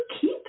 keep